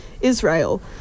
Israel